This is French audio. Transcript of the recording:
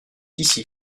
ici